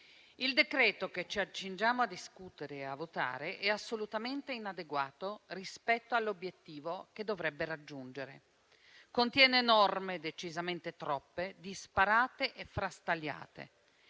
il decreto-legge che ci accingiamo a discutere e a votare è assolutamente inadeguato rispetto all'obiettivo che dovrebbe raggiungere. Esso contiene norme (decisamente troppe) disparate e frastagliate.